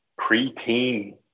preteen